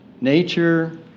nature